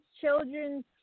children's